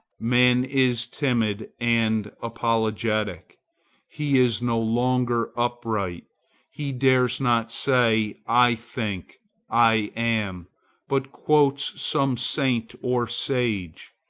man is timid and apologetic he is no longer upright he dares not say i think i am but quotes some saint or sage.